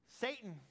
Satan